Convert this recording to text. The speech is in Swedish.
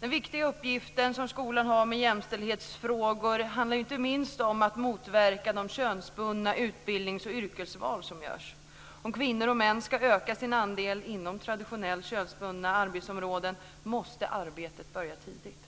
Den viktiga uppgiften som skolan har vad gäller jämställdhetsfrågor handlar inte minst om att motverka de könsbundna utbildnings och yrkesval som görs. Om kvinnor och män ska kunna öka sin andel inom traditionellt könsbundna arbetsområden måste det arbetet börja tidigt.